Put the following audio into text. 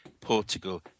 Portugal